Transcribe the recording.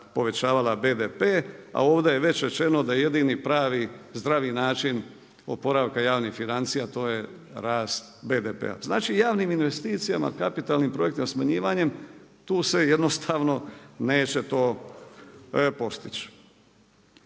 povećavala BDP a ovdje je već rečeno da jedini, pravi, zdravi način oporavka javnih financija to je rast BDP-a. Znači javnim investicijama, kapitalnim projektima, smanjivanjem, tu se jednostavno neće to postići.